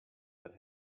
but